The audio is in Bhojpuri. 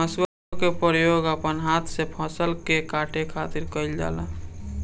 हसुआ के प्रयोग अपना हाथ से फसल के काटे खातिर कईल जाला